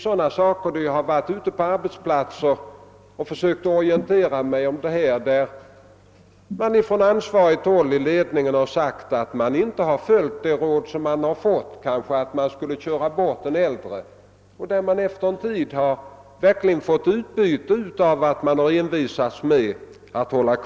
Vid besök på olika arbetsplatser har jag försökt orientera mig i dessa frågor, och jag har funnit att inom företag där företagsledningen inte följt rådet att köra i väg den äldre arbetskraften har man haft utbyte av att man envisats med att behålla den.